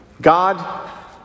God